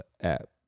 app